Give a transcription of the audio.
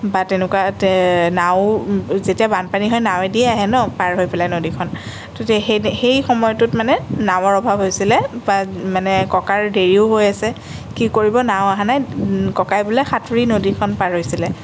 বা তেনেকুৱা নাও যেতিয়া বানপানী হয় নাৱেদি আহে ন পাৰ হৈ পেলাই নদীখন তেতিয়া সেই সেই সময়টোত মানে নাৱৰ অভাৱ হৈছিলে মানে ককাৰ দেৰিও হৈ আছে কি কৰিব নাও অহা নাই ককাই বোলে সাঁতোৰি নদীখন পাৰি হৈছিলে